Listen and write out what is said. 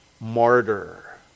martyr